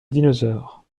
dinosaure